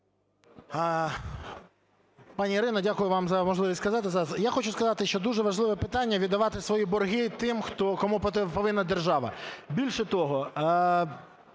Пані Ірино, дякую вам за можливість сказати зараз. Я хочу сказати, що дуже важливе питання – віддавати свої борги тим, кому повинна держава. Більше того,